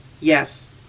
Yes